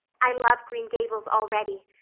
i love green gables already,